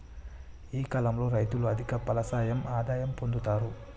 ఏ కాలం లో రైతులు అధిక ఫలసాయం ఆదాయం పొందుతరు?